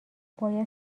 باید